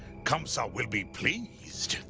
kamsa will be pleased.